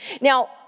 Now